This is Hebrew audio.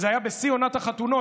וזה היה בשיא עונת החתונות,